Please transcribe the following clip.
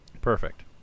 Perfect